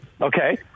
okay